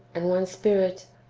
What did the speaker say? and one spirit,